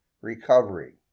recovery